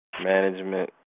management